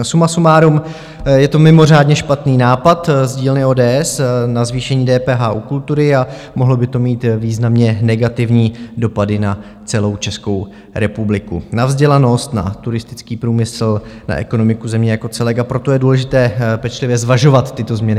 Suma sumárum je to mimořádně špatný nápad z dílny ODS na zvýšení DPH u kultury a mohlo by to mít významně negativní dopady na celou Českou republiku na vzdělanost, na turistický průmysl, na ekonomiku země jako celku, a proto je důležité pečlivě zvažovat tyto změny.